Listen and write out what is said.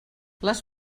les